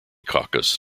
caucus